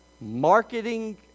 Marketing